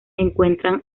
encuentran